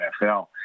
NFL